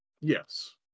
Yes